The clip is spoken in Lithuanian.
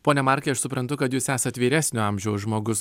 pone markai aš suprantu kad jūs esat vyresnio amžiaus žmogus